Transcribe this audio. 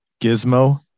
Gizmo